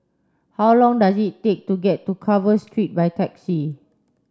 how long does it take to get to Carver Street by taxi